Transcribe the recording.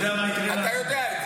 את זה, אתה יודע את זה.